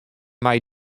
mei